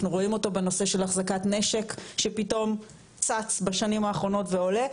אנחנו רואים אותו בנושא של החזקת נשק שפתאום צץ בשנים האחרונות ועולה,